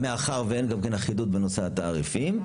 אין אחידות בתעריפים,